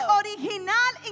original